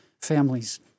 families